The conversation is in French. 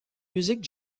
musique